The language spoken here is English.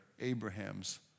Abraham's